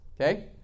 okay